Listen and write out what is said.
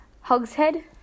Hogshead